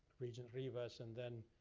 regent rivas and then,